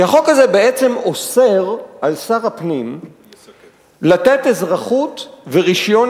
כי החוק הזה בעצם אוסר על שר הפנים לתת אזרחות ורשיון